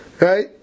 right